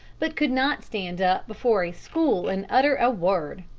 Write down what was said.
but could not stand up before a school and utter a word.